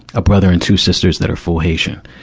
a brother and two sisters that are full haitian.